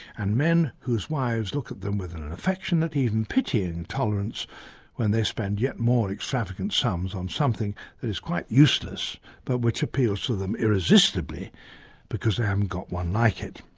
and men whose wives look at them with an an affection and even pitying tolerance when they spend yet more extravagant sums on something that is quite useless but which appeals to them irresistibly because they haven't got one like it.